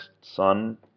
son